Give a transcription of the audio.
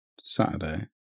Saturday